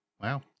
wow